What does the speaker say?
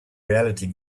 reality